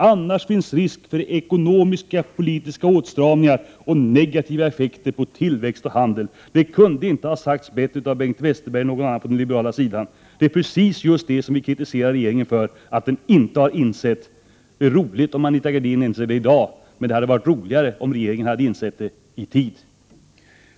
Annars finns risk för ekonomisk-politiska åtstramningar och negativa effekter på tillväxt och handel.” Det kunde inte ha sagts bättre av Bengt Westerberg eller någon annan från den liberala sidan. Det är just det som vi kritiserar regeringen för att den inte har insett. Det är roligt om Anita Gradin inser det i dag, men det hade varit roligare om regeringen hade insett det i tid.